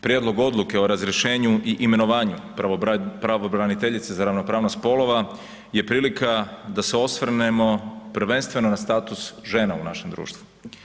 Prijedlog odluke o razrješenju i imenovanju pravobraniteljice za ravnopravnost spolova je prilika da se osvrnemo prvenstveno na status žena u našem društvu.